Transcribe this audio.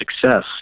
success